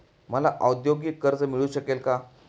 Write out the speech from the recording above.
मला औद्योगिक कर्ज मिळू शकेल का?